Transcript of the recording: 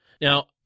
Now